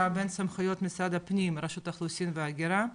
בין סמכויות משרד הפנים רשות האוכלוסין וההגירה,